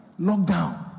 lockdown